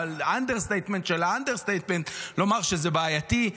באנדרסטייטמנט של האנדרסטייטמנט לומר שזה בעייתי,